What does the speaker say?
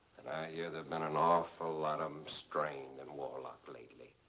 hear there've been an awful lot um strained in warlock lately.